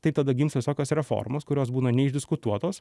tai tada gimsta visokios reformos kurios būna neišdiskutuotos